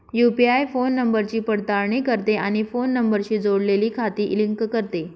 UPI phone नंबरची पडताळणी करते आणि फोन नंबरशी जोडलेली खाती लिंक करते